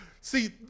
See